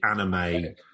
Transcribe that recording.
anime